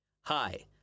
Hi